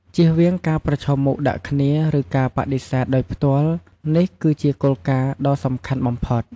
ជៀសវាងការប្រឈមមុខដាក់គ្នា ឬការបដិសេធដោយផ្ទាល់ នេះគឺជាគោលការណ៍ដ៏សំខាន់បំផុត។